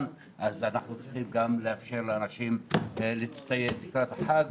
אנחנו צריכים לאפשר לאנשים להצטייד לקראת החג,